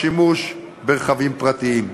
בשימוש ברכבים פרטיים.